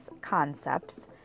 concepts